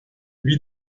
wie